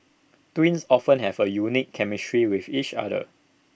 twins often have A unique chemistry with each other